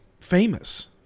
famous